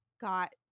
got